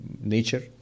nature